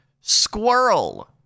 squirrel